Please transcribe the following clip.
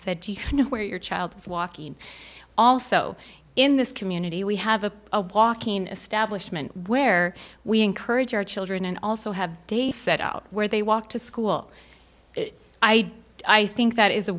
know where your child is walking also in this community we have a walking establishment where we encourage our children and also have a set out where they walk to school i i think that is a